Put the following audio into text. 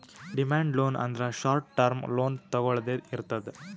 demand loan ಅಂದ್ರ short term loan ತೊಗೊಳ್ದೆ ಇರ್ತದ್